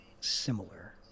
similar